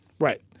Right